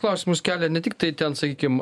klausimus kelia ne tiktai ten sakykim